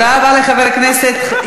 תודה רבה לחבר הכנסת,